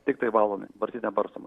tiktai valomi barstyt nebarstoma